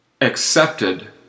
accepted